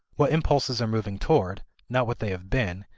what impulses are moving toward, not what they have been,